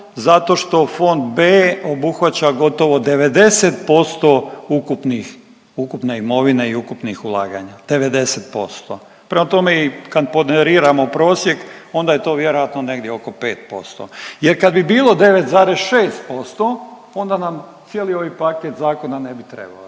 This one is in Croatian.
Zato što fond B obuhvaća gotovo 90% ukupnih, ukupne imovine i ukupnih ulaganja, 90%. Prema tome i kad ponderiramo prosjek onda je to vjerojatno negdje oko 5%. Jer kad bi bilo 9,6% onda nam cijeli ovaj paket zakona ne bi treba,